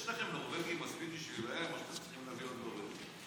יש לכם נורבגים מספיק בשבילם או שאתם צריכים להביא עוד נורבגים?